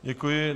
Děkuji.